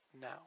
now